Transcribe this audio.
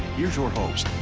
here's your host,